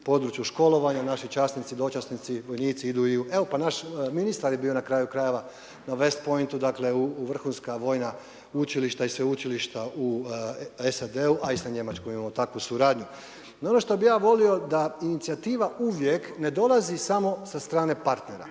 području školovanja. Naši časnici, dočasnici, vojnici idu i u …/Govornik se ne razumije./… Pa i naš ministar je bio na kraju krajeva na West Pointu, dakle vrhunska vojna učilišta i sveučilišta u SAD-u, a i sa Njemačkom imamo takvu suradnju. No, ono što bih ja volio da inicijativa uvijek ne dolazi samo sa strane partnera